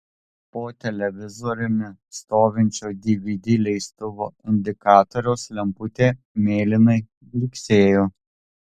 po televizoriumi stovinčio dvd leistuvo indikatoriaus lemputė mėlynai blyksėjo